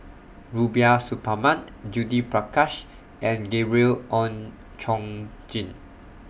Rubiah Suparman Judith Prakash and Gabriel Oon Chong Jin